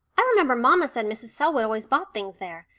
i remember mamma said mrs. selwood always bought things there.